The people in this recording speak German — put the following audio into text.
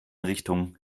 richtung